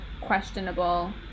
questionable